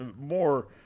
more